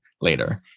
later